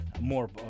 more